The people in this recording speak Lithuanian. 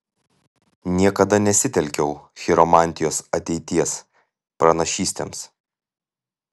niekada nesitelkiau chiromantijos ateities pranašystėms